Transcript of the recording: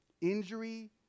Injury